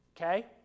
Okay